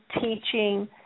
teaching